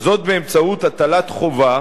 באמצעות הטלת חובה